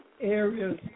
areas